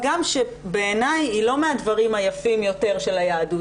הגם שבעיניי היא לא מהדברים היפים יותר של היהדות.